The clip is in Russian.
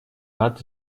рад